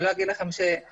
אני לא אגיד לכם שב-100%,